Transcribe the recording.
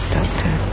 Doctor